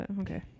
Okay